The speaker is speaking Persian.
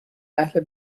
اهل